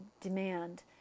demand